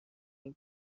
این